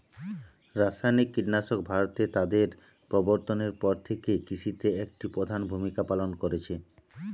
রাসায়নিক কীটনাশক ভারতে তাদের প্রবর্তনের পর থেকে কৃষিতে একটি প্রধান ভূমিকা পালন করেছে